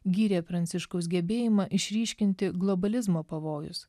gyrė pranciškaus gebėjimą išryškinti globalizmo pavojus